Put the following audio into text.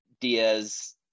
Diaz